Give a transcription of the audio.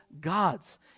God's